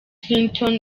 clinton